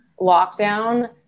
lockdown